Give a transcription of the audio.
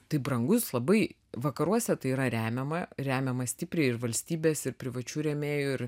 tai brangus labai vakaruose tai yra remiama remiama stipriai ir valstybės ir privačių rėmėjų ir